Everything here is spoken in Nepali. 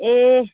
ए